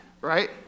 right